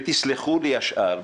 ויסלחו לי השאר,